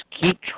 keep